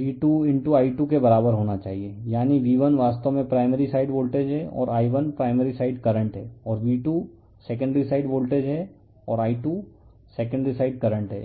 V2I2 के बराबर होना चाहिए यानी V1 वास्तव में प्राइमरी साइड वोल्टेज है और I1 प्राइमरी साइड करंट है और V2 सेकेंडरी साइड वोल्टेज है और I2 सेकेंडरी साइड करंट है